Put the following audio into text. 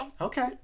Okay